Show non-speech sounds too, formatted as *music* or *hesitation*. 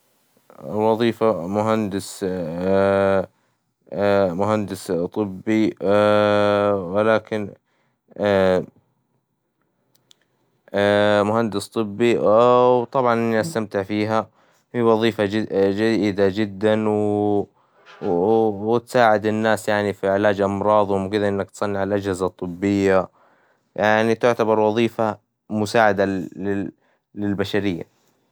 الوظيفة مهندس *hesitation* مهندس طبي ولكن *hesitation* مهندس طبي و *hesitation* طبعا إني استمتع فيها، فهي وظيفة جيدة جداً و *hesitation* تساعد الناس في علاج أمراظهم وكذ، ا وإنك تصنع أجهزة طبية، يعني تعتبر وظيفة مساعدة لل *hesitation* للبشرية.